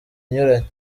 inyuranye